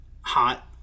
Hot